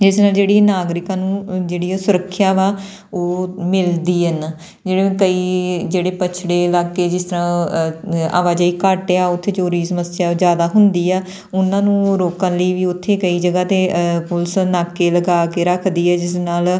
ਜਿਸ ਨਾਲ ਜਿਹੜੀ ਨਾਗਰਿਕਾਂ ਨੂੰ ਅ ਜਿਹੜੀ ਅ ਸੁਰੱਖਿਆ ਵਾ ਉਹ ਮਿਲਦੀ ਐਨ ਜਿਹੜੇ ਕਈ ਜਿਹੜੇ ਪਛੜੇ ਇਲਾਕੇ ਜਿਸ ਤਰ੍ਹਾਂ ਅ ਆਵਾਜਾਈ ਘੱਟ ਆ ਉੱਥੇ ਚੋਰੀ ਦੀ ਸਮੱਸਿਆ ਜ਼ਿਆਦਾ ਹੁੰਦੀ ਆ ਉਹਨਾਂ ਨੂੰ ਰੋਕਣ ਲਈ ਵੀ ਉੱਥੇ ਕਈ ਜਗ੍ਹਾ 'ਤੇ ਅ ਪੁਲਿਸ ਨਾਕੇ ਲਗਾ ਕੇ ਰੱਖਦੀ ਹੈ ਜਿਸ ਨਾਲ